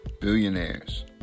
billionaires